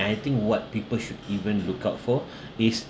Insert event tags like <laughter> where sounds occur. I think what people should even look out for <breath> is